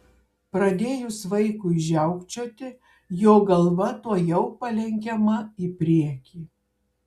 pradėjus vaikui žiaukčioti jo galva tuojau palenkiama į priekį